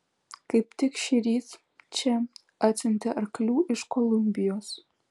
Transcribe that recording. kaip tik šįryt čia atsiuntė arklių iš kolumbijos